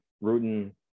rooting –